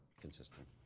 consistent